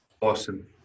Awesome